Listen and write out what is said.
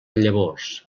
llavors